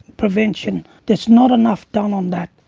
prevention. there's not enough done on that.